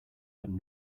but